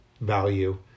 value